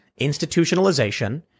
Institutionalization